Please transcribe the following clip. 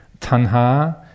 tanha